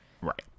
Right